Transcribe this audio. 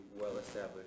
well-established